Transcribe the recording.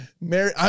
Mary